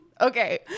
Okay